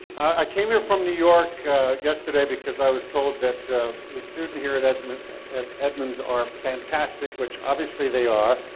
i came here from new york yesterday because i was told that the students here at edmonds at edmonds are fantastic, which obviously they are.